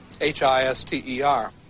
H-I-S-T-E-R